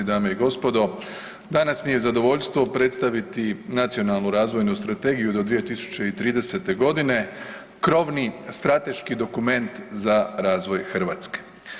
Dame i gospodo, danas mi je zadovoljstvo predstaviti Nacionalnu razvoju strategiju do 2030. g., krovni strateški dokument za razvoj Hrvatske.